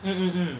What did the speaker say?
mm mm mm